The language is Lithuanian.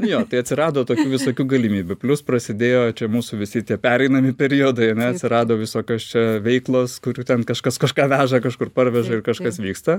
jo tai atsirado tokių visokių galimybių plius prasidėjo čia mūsų visi tie pereinami periodai ane atsirado visokios čia veiklos kur ten kažkas kažką veža kažkur parveža ir kažkas vyksta